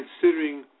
considering